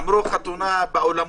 אמרו שאין חתונה באולמות,